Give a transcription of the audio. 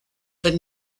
but